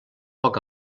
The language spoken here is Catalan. poc